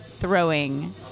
Throwing